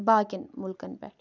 باقیَن مُلکَن پِٮ۪ٹھ